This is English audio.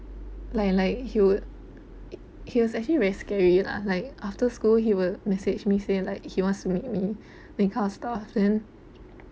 like like he would he was actually very scary lah like after school he will message me say like he wants to meet me then